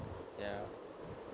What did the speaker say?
ya